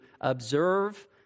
observe